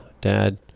dad